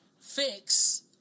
fix